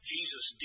Jesus